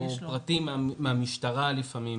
פרטים מהמשטרה לפעמים,